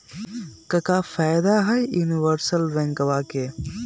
क्का फायदा हई यूनिवर्सल बैंकवा के?